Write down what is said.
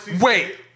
Wait